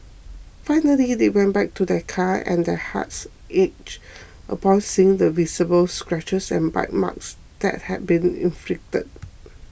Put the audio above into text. finally they went back to their car and their hearts ached upon seeing the visible scratches and bite marks that had been inflicted